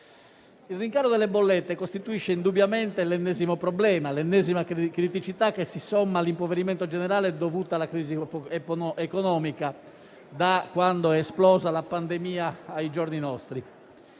Il rincaro delle bollette costituisce indubbiamente l'ennesimo problema, l'ennesima criticità che si somma all'impoverimento generale dovuto alla crisi economica, da quando è esplosa la pandemia ai giorni nostri.